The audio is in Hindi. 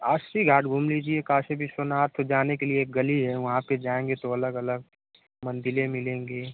अस्सी घाट घूम लीजिए काशी विश्वनाथ जाने के लिए एक गली है वहाँ पर जाएँगे तो अलग अलग मंदिलें मिलेंगी